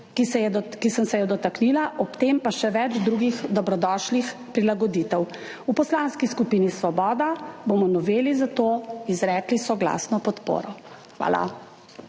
ki sem se jih dotaknila, ob tem pa še več drugih dobrodošlih prilagoditev. V Poslanski skupini Svoboda bomo noveli zato izrekli soglasno podporo. Hvala.